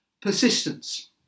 persistence